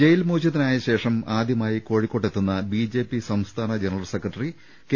ജയിൽമോചിതനായ ശേഷം ആദ്യമായി കോഴിക്കോട്ടെത്തുന്ന ബി ജെ പി സംസ്ഥാന ജനറൽ സെക്രട്ടറി കെ